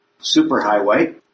superhighway